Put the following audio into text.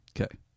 Okay